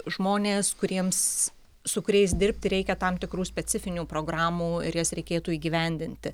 žmonės kuriems su kuriais dirbti reikia tam tikrų specifinių programų ir jas reikėtų įgyvendinti